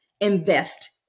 invest